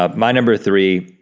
um my number three,